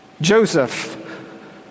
Joseph